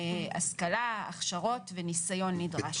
השכלה, הכשרות וניסיון נדרש.